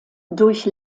durch